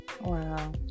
wow